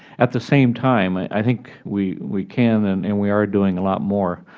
at the same time, i think we we can and and we are doing a lot more.